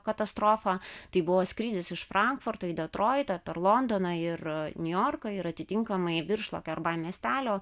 katastrofą tai buvo skrydis iš frankfurto į detroitą per londoną ir niujorką ir atitinkamai virš lokerbai miestelio